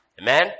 Amen